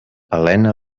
helena